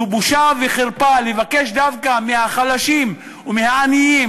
זה בושה וחרפה לבקש דווקא מהחלשים ומהעניים,